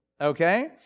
Okay